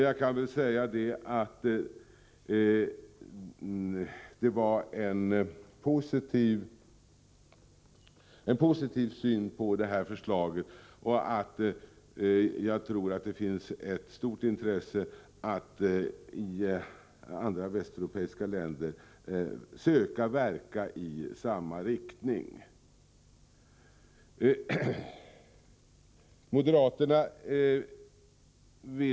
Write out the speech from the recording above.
Jag kan väl säga att man hade en positiv syn på de här förslagen, och jag tror att det finns ett stort intresse att i övriga västeuropeiska länder söka verka i samma riktning som vi här i Sverige gör.